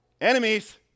Enemies